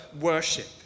worship